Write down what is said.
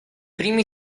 primi